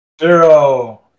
Zero